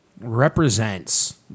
represents